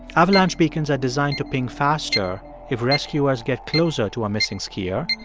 avalanche beacons are designed to ping faster if rescuers get closer to a missing skier.